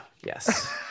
Yes